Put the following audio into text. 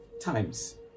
times